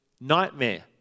nightmare